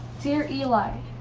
dear eli,